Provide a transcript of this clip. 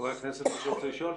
חברי הכנסת, מישהו רוצה לשאול?